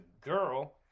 girl